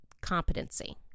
competency